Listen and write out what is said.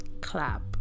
clap